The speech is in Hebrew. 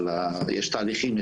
אבל יש תהליכים,